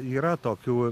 yra tokių